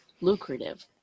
lucrative